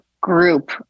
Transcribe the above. group